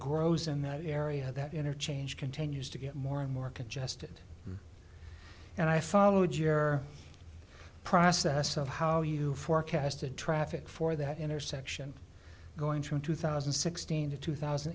grows in that area that interchange continues to get more and more congested and i followed your process of how you forecasted traffic for that intersection going from two thousand and sixteen to two thousand